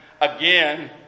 again